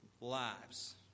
lives